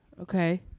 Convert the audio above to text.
Okay